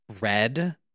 red